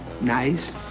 Nice